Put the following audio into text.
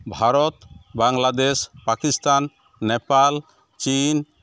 ᱵᱷᱟᱨᱚᱛ ᱵᱟᱝᱞᱟᱫᱮᱥ ᱯᱟᱠᱤᱥᱛᱟᱱ ᱱᱮᱯᱟᱞ ᱪᱤᱱ